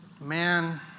man